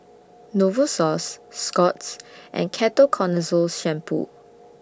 Novosource Scott's and Ketoconazole Shampoo